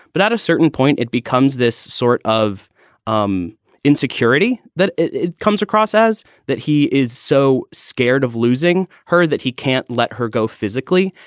but at a certain point it becomes this sort of um insecurity that it comes across as that he is so scared of losing her that he can't let her go physically.